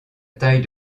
taille